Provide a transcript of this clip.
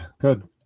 good